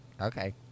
Okay